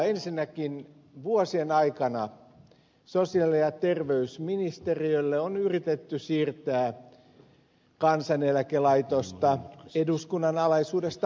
ensinnäkin vuosien aikana sosiaali ja terveysministeriölle on yritetty siirtää kansaneläkelaitosta eduskunnan alaisuudesta pois